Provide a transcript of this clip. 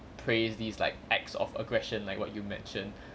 praise these like acts of aggression like what you mentioned